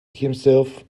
himself